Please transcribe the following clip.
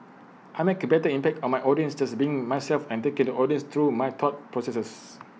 I make A better impact on my audience just by being myself and taking the audience through my thought processes